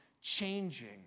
changing